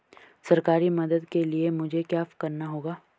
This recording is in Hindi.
सरकारी मदद के लिए मुझे क्या करना होगा?